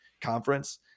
conference